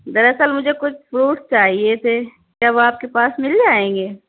دراصل مجھے کچھ فروٹس چاہیے تھے کیا وہ آپ کے پاس مل جائیں گے